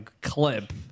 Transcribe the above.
clip